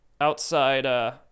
outside